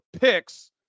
picks